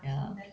ya